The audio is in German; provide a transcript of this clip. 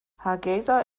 hargeysa